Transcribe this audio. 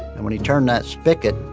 and when he turned that spigot,